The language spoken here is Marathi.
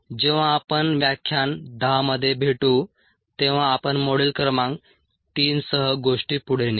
जेव्हा आपण व्याख्यान 10 मध्ये भेटू तेव्हा आपण मॉड्यूल क्रमांक 3 सह गोष्टी पुढे नेऊ